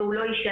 והוא לא יישנה,